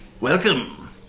welcome